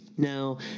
Now